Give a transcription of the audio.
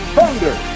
Thunder